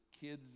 kids